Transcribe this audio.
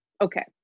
okay